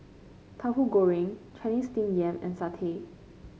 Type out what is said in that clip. Tauhu Goreng Chinese Steamed Yam and satay